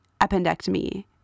appendectomy